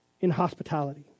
inhospitality